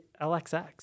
LXX